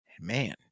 Man